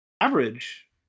average